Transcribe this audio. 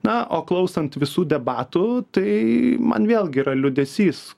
na o klausant visų debatų tai man vėlgi yra liūdesys